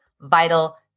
vital